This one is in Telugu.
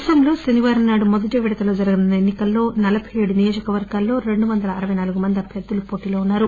అస్సాంలో శనివారంనాడు మొదటి విడతలో జరగనున్న ఎన్ని కల్టో నలబై ఏడు శాసనసభ నియోజకవర్గాల్లో రెండు వంద అరవై నాలుగు మంది అభ్యర్థులు వోటీలో ఉన్నారు